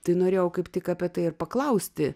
tai norėjau kaip tik apie tai ir paklausti